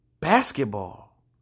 basketball